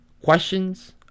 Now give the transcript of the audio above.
Questions